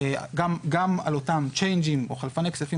גם על אותם צ'ייניג'ים או חלפני כספים